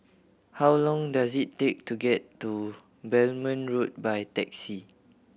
how long does it take to get to Belmont Road by taxi